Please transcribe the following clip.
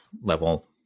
level